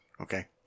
Okay